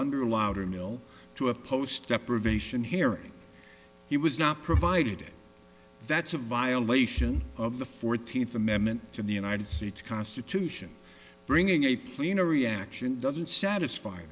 under loudermilk to a post deprivation hearing he was not provided that's a violation of the fourteenth amendment to the united states constitution bringing a plenary action doesn't satisfy